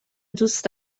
دوست